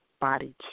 body